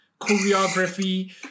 choreography